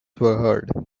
were